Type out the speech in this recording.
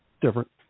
different